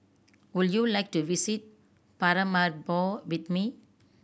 would you like to visit Paramaribo with me